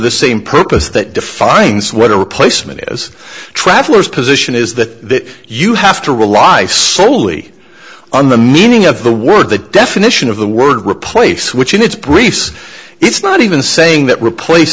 the same purpose that defines whether a replacement is traveler's position is that you have to rely soley on the meaning of the word the definition of the word replace which in its briefs it's not even saying that replace